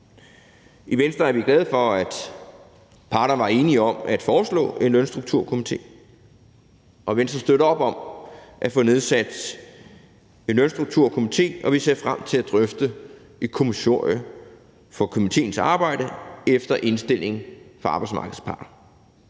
I Venstre er vi glade for, at parterne var enige om at foreslå en lønstrukturkomité; Venstre støtter op om at få nedsat en lønstrukturkomité, og vi ser frem til at drøfte et kommissorie for komitéens arbejde efter indstilling fra arbejdsmarkedets parter.